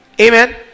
amen